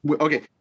Okay